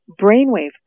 brainwave